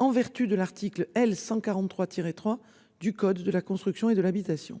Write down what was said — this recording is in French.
En vertu de l'article L 143 tiré 3 du code de la construction et de l'habitation,